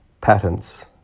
Patents